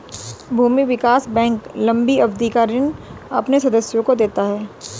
भूमि विकास बैंक लम्बी अवधि का ऋण अपने सदस्यों को देता है